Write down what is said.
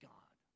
God